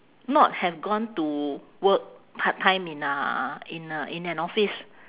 not have gone to work part-time in uh in a in an office